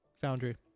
Foundry